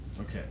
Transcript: Okay